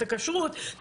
את הכשרות.